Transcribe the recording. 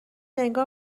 انگار